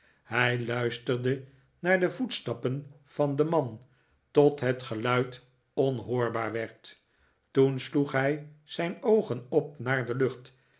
hij luisterde naar de voetstappen van den man tot het geluid onhoorbaar werd toen sloeg hij zijn oogen op naar de lucht